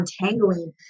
untangling